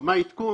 וסכומי העדכון